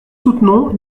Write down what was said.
soutenons